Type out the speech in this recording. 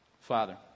Father